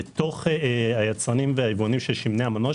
מתוך היצרנים והיבואנים של שמני המנוע,